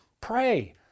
pray